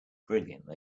brilliantly